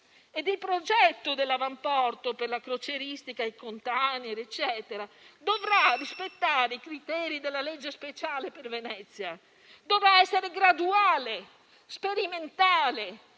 ed il progetto dell'avamporto per la crocieristica, i *container*, eccetera, dovrà rispettare i criteri della legge speciale per Venezia; dovrà essere graduale, sperimentale,